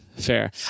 fair